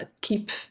keep